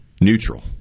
neutral